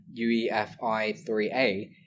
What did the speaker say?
UEFI3A